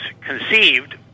conceived